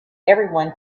everyone